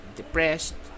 depressed